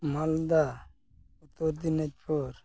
Malda Uttar Dinajpur